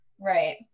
Right